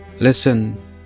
Listen